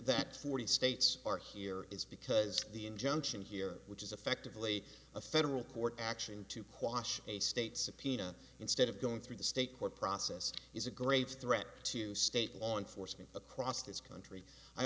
that forty states are here is because the injunction here which is effectively a federal court action to quash a state subpoena instead of going through the state court process is a grave threat to state law enforcement across this country i